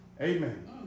Amen